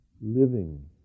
living